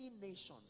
nations